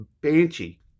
Banshee